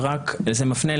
זה מפנה ל-105ד(ב)